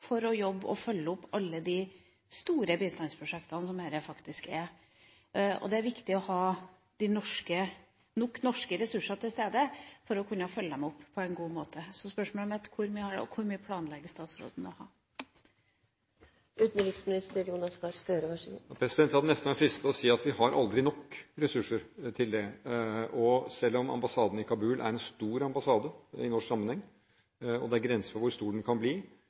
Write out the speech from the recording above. ressurser til stede for å kunne følge dem opp på en god måte. Så spørsmålet mitt er: Hvor mye ressurser er det, og hvor mye planlegger statsråden å ha? Jeg hadde nesten vært fristet til å si at vi aldri har nok ressurser til det. Selv om ambassaden i Kabul er en stor ambassade i norsk sammenheng – og det er grenser for hvor stor den kan bli